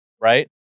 right